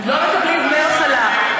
לא מקבלים דמי מחלה.